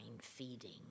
feeding